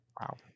Wow